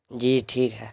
جی ٹھیک ہے